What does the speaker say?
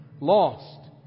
lost